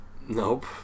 Nope